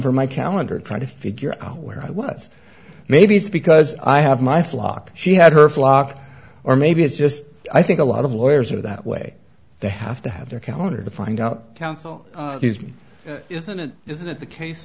from my calendar trying to figure out where i was maybe it's because i have my flock she had her flock or maybe it's just i think a lot of lawyers are that way they have to have their calendar to find out counsel isn't it isn't it the case